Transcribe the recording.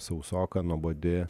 sausoka nuobodi